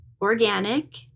organic